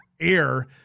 air